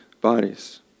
bodies